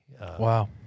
Wow